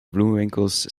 bloemenwinkels